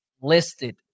listed